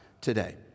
today